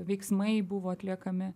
veiksmai buvo atliekami